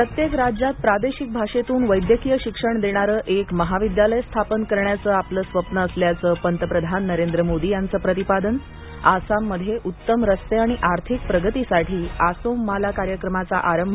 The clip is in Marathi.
प्रत्येक राज्यात प्रादेशिक भाषेतून वैद्यकीय शिक्षण देणारं एक महाविद्यालय स्थापन करण्याचं आपलं स्वप्न असल्याचं पंतप्रधान नरेंद्र मोदी यांचं प्रतिपादन आसाममध्ये उत्तम रस्ते आणि आर्थिक प्रगतीसाठी आसोम माला कार्यक्रमाचा आरंभ